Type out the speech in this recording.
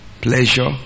pleasure